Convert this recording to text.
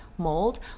mold